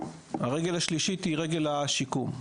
הרגל השלישית היא רגל השיקום.